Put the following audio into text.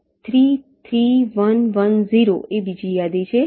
3 3 1 1 0 એ બીજી યાદી છે